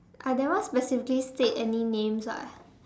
I never specifically state any names [what]